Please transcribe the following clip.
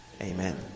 Amen